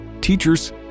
teachers